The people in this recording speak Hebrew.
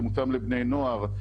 שמותאם לבני נוער,